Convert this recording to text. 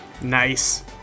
Nice